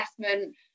assessment